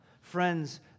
Friends